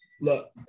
Look